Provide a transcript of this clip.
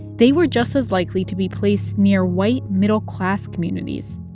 they were just as likely to be placed near white middle-class communities.